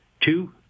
two